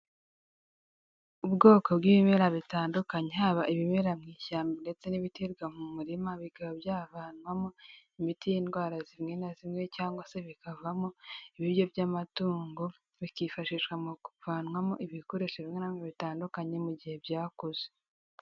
Ubwoko bw'ibimera bitandukanye, haba ibimera mu ishyamba ndetse n'ibiterwa mu murima, bikaba byavanwamo imiti y'indwara zimwe na zimwe cyangwa se bikavamo ibiryo by'amatungo, bikifashishwa mu kuvanwamo ibikoresho bimwe na bimwe bitandukanye mu gihe byakoze.